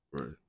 Right